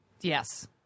Yes